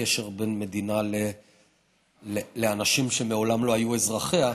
הקשר בין מדינה לאנשים שמעולם לא היו אזרחיה,